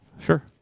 Sure